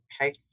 okay